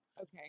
Okay